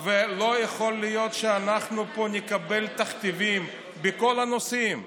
לא יכול להיות שאנחנו פה נקבל תכתיבים בכל הנושאים.